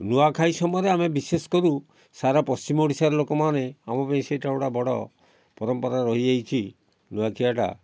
ନୂଆଁଖାଇ ସମୟରେ ଆମେ ବିଶେଷ କରୁ ସାରା ପଶ୍ଚିମ ଓଡ଼ିଶାର ଲୋକମାନେ ଆମ ପାଇଁ ସେଇଟା ଗୋଟେ ବଡ଼ ପରମ୍ପରା ରହିଯାଇଛି ନୂଆଁଖିଆଟା